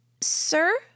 Sir